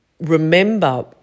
remember